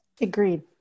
Agreed